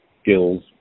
skills